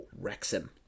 Wrexham